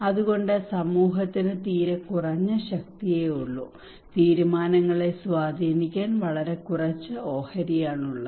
അതുകൊണ്ട് സമൂഹത്തിന് തീരെ കുറഞ്ഞ ശക്തിയേ ഉള്ളൂ തീരുമാനങ്ങളെ സ്വാധീനിക്കാൻ വളരെ കുറച്ച് ഓഹരിയാണുള്ളത്